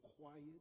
quiet